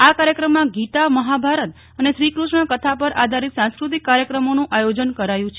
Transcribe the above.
આ કાર્યક્રમમાં ગીતા મહાભારત અને શ્રીકૃષ્ણ કથા પર આધારિત સાંસ્કૃતિક કાર્યક્રમોનું આયોજન કરાયું છે